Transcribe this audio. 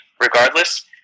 regardless